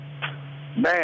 Man